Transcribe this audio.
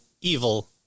evil